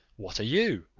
what are you,